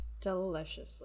deliciously